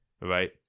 right